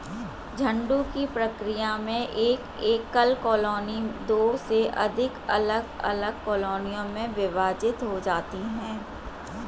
झुंड की प्रक्रिया में एक एकल कॉलोनी दो से अधिक अलग अलग कॉलोनियों में विभाजित हो जाती है